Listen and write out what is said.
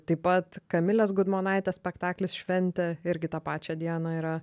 taip pat kamilės gudmonaitės spektaklis šventė irgi tą pačią dieną yra